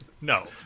No